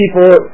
people